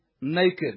naked